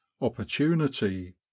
opportunity